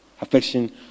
affection